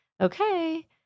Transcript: okay